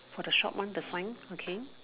for the short one the sign okay